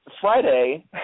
Friday